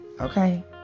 okay